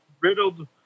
riddled